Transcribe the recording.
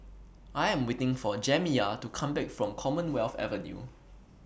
I Am waiting For Jamiya to Come Back from Commonwealth Avenue